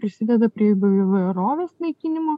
prisideda prie įvairovės naikinimo